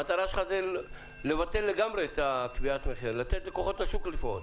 המטרה שלך היא לבטל לגמרי את קביעת המחיר ולתת לכוחות השוק לפעול.